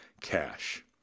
cash